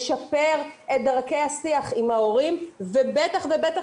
לשפר את דרכי השיח עם ההורים ובטח ובטח